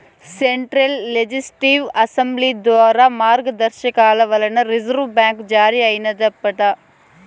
central legislative assembly ద్వారా మార్గదర్శకాల వల్ల రిజర్వు బ్యాంక్ జారీ అయినాదప్పట్ల